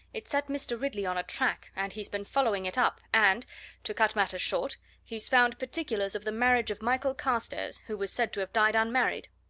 it set mr. ridley on a track, and he's been following it up, and to cut matters short he's found particulars of the marriage of michael carstairs, who was said to have died unmarried.